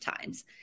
times